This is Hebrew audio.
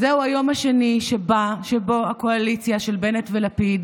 זהו היום השני שבו הקואליציה של בנט ולפיד